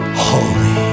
holy